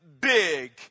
big